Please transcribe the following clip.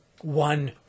one